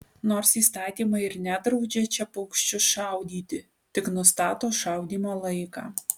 nors įstatymai ir nedraudžia čia paukščius šaudyti tik nustato šaudymo laiką